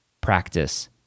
practice